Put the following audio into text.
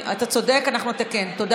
אתה צודק, אנחנו נתקן את זה.